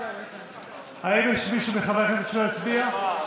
האם יש מישהו מחברי הכנסת שלא הצביע?